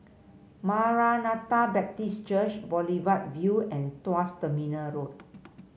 Maranatha Baptist Church Boulevard Vue and Tuas Terminal Road